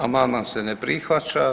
Amandman se ne prihvaća.